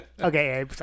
Okay